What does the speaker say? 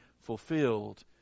fulfilled